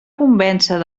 convèncer